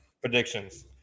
predictions